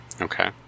Okay